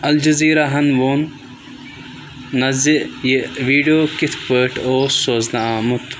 Al Jazeera ہن ووٚن نہٕ زِ یہِ ویٖڈِیو کِتھ پٲٹھۍ اوس سوزنہٕ آمُت